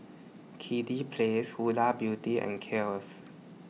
Kiddy Palace Huda Beauty and Kiehl's